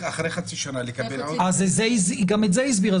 אחרי חצי שנה לקבל עוד --- אז היא גם את זה הסבירה,